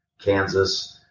Kansas